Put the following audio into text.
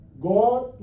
God